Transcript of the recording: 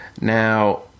Now